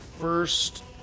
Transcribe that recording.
first